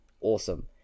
awesome